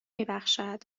میبخشد